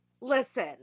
listen